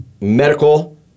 medical